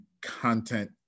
content